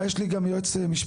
שנייה, יש לי גם יועץ משפטן.